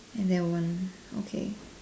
and then one okay